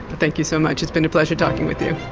thank you so much. it's been a pleasure talking with you.